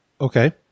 Okay